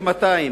1,200,